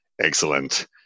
excellent